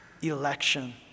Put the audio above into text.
election